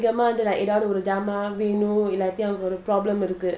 ya then uh incoming call ஏதாவதுஒரு:edhavathu oru problem இருக்கு:iruku